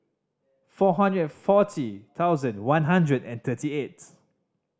four hundred and forty thousand one hundred and thirty eight